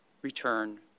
return